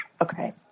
Okay